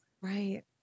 right